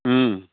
ও